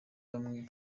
bamwe